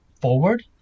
forward